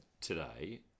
today